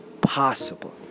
possible